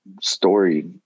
story